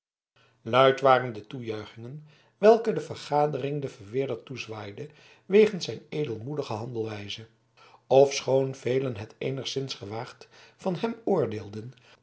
luid waren de toejuichingen welke de vergadering den verweerder toezwaaide wegens zijn edelmoedige handelwijze ofschoon velen het eenigszins gewaagd van hem oordeelden